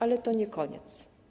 Ale to nie koniec.